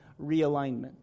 realignment